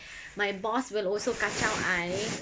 my boss will also kacau I